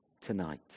tonight